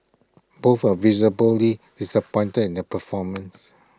both were visibly disappointed in their performance